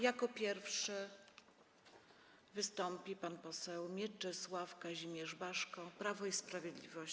Jako pierwszy wystąpi pan poseł Mieczysław Kazimierz Baszko, Prawo i Sprawiedliwość.